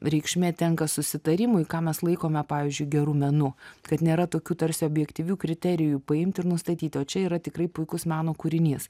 reikšmė tenka susitarimui ką mes laikome pavyzdžiui geru menu kad nėra tokių tarsi objektyvių kriterijų paimti ir nustatyti o čia yra tikrai puikus meno kūrinys